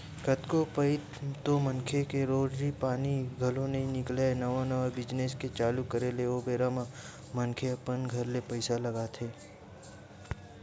कतको पइत तो मनखे के रोजी पानी घलो नइ निकलय नवा नवा बिजनेस के चालू करे ले ओ बेरा म मनखे अपन घर ले पइसा लगाथे